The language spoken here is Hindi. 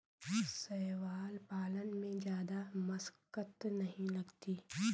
शैवाल पालन में जादा मशक्कत नहीं लगती